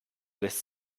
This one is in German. lässt